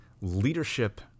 leadership